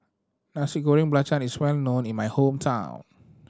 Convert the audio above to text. Nasi Goreng Belacan is well known in my hometown